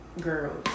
girls